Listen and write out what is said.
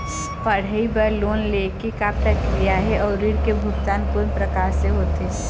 पढ़ई बर लोन ले के का प्रक्रिया हे, अउ ऋण के भुगतान कोन प्रकार से होथे?